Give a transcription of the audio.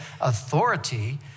authority